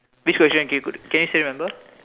which question can you could can you still remember